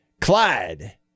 Clyde